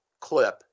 clip